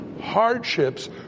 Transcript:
hardships